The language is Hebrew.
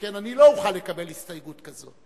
שכן אני לא אוכל לקבל הסתייגות כזאת.